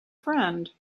friend